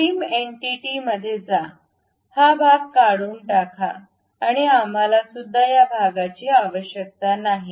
trim entity मध्ये जा हा भाग काढून टाका आणि आम्हालासुद्धा या भागाची आवश्यकता नाही